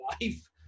life